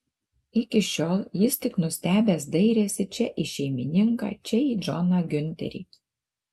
iki šiol jis tik nustebęs dairėsi čia į šeimininką čia į džoną giunterį